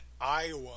Iowa